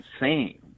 insane